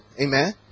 amen